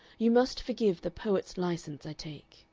you must forgive the poet's license i take.